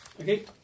Okay